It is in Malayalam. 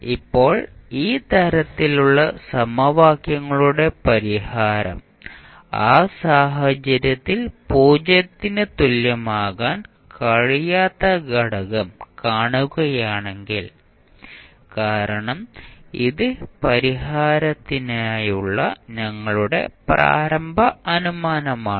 ഇപ്പോൾ ഈ തരത്തിലുള്ള സമവാക്യങ്ങളുടെ പരിഹാരം ആ സാഹചര്യത്തിൽ 0 ന് തുല്യമാകാൻ കഴിയാത്ത ഘടകം കാണുകയാണെങ്കിൽ കാരണം ഇത് പരിഹാരത്തിനായുള്ള ഞങ്ങളുടെ പ്രാരംഭ അനുമാനമാണ്